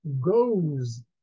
goes